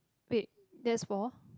wait there is ball